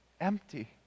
empty